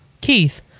Keith